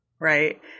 Right